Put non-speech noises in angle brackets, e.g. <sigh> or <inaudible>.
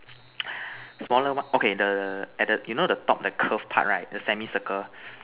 <noise> smaller one okay the at the you know the top the curved part right the semi circle